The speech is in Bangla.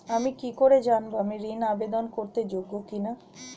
আমি কি করে জানব আমি ঋন আবেদন করতে যোগ্য কি না?